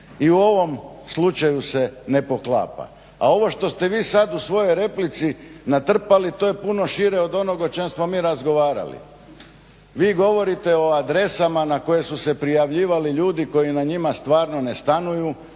I u ovom slučaju se ne poklapa. A ovo što ste vi sad u svojoj replici natrpali to je puno šire od onog o čem smo mi razgovarali. Vi govorite o adresama na koje su se prijavljivali ljudi koji na njima stvarno ne stanuju.